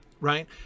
right